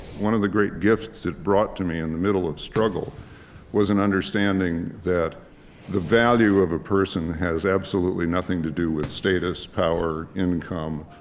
one of the great gifts it brought to me in the middle of struggle was an understanding that the value of a person has absolutely nothing to do with status, power, income,